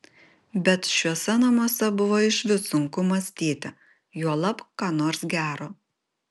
bet šiuose namuose buvo išvis sunku mąstyti juolab ką nors gero